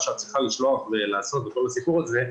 מה שאת צריכה לעשות בכל הסיפור הזה,